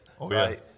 right